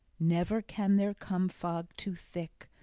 never can there come fog too thick,